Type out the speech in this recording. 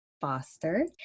Foster